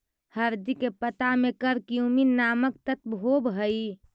हरदी के पत्ता में करक्यूमिन नामक तत्व होब हई